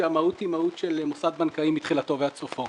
שהמהות היא מהות של מוסד בנקאי מתחילתו ועד סופו